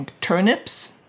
turnips